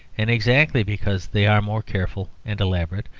and exactly because they are more careful and elaborate,